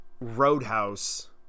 Roadhouse